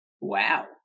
Wow